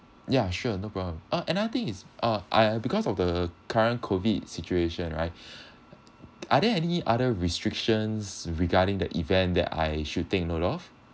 ya sure no problem uh another thing is uh I because of the current COVID situation right are there any other restrictions regarding the event that I should take note of